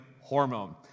hormone